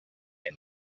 and